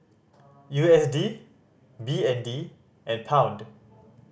U S D B N D and Pound